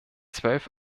zwölf